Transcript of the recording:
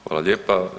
Hvala lijepa.